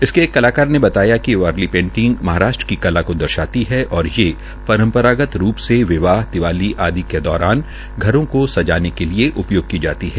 इसके एक कलाकार ने बताया कि वारली ऐटिंग महाराष्ट्र की कला को दर्शाती है और ये रम् रागत रू से विवाह दी ावली आदि के दौरान घरों को सजाने के लिये उ योग की जाती है